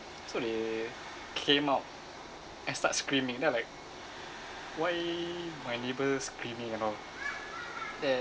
so they came out and start screaming then I'm like why my neighbour screaming and all then